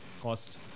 cost